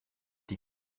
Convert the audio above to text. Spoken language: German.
die